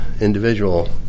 individual